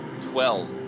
Twelve